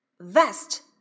Vest